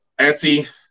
Etsy